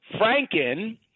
Franken